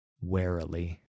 warily